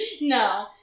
No